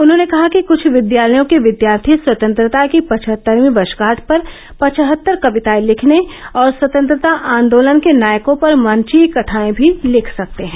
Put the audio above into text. उन्होंने कहा कि कुछ विद्यालयों के विद्यार्थी स्वतंत्रता की पचहत्तरवीं वर्षगांठ पर पचहत्तर कविताएं लिखने और स्वतंत्रता आंदोलन के नायकों पर मंचीय कथाएं भी लिख सकते हैं